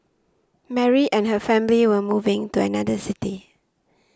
Mary and her family were moving to another city